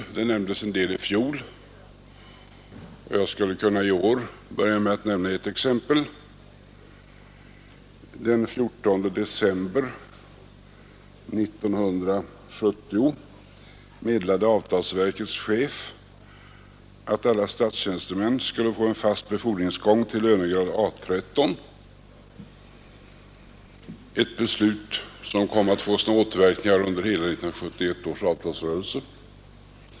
En del exempel nämndes i fjol, och jag skulle i år kunna börja med att nämna ett. Den 14 december 1970 meddelade avtalsverkets chef att alla statstjänstemän skulle få en fast befordringsgång till lönegrad A 13, ett beslut som kom att få återverkningar under hela 1971 års avtalsrörelse.